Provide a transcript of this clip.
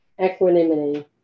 Equanimity